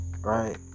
Right